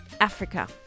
Africa